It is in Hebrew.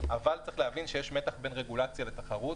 אבל צריך להבין שיש מתח בין רגולציה לתחרות,